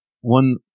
one